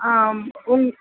ஆம் உங்க